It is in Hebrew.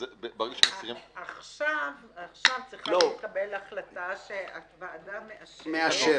עכשיו צריכה להתקבל החלטה שהוועדה מאשרת,